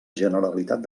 generalitat